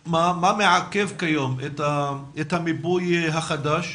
מה מעכב כיום את המיפוי החדש?